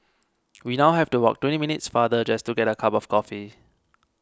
we now have to walk twenty minutes farther just to get a cup of coffee